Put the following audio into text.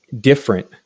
different